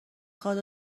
خواد